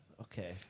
Okay